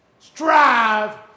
Strive